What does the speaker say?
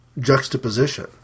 juxtaposition